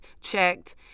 checked